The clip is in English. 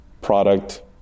product